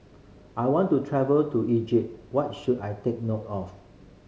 I want to travel to Egypt what should I take note of